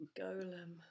Golem